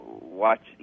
watch